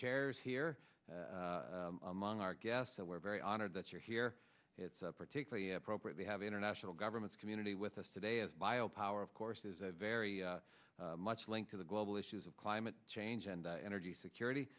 chairs here among our guests so we're very honored that you're here it's particularly appropriate we have international governments community with us today as bio power of course is a very much linked to the global issues of climate change and energy security